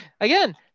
Again